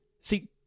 see